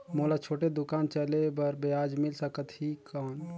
मोला छोटे दुकान चले बर ब्याज मिल सकत ही कौन?